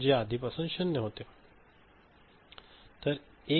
जे आधीपासून 0 होते